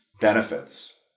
benefits